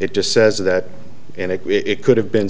it just says that and it could have been